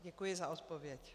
Děkuji za odpovědi.